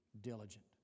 diligent